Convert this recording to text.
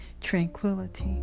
Tranquility